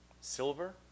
Silver